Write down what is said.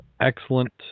excellent